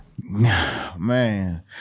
Man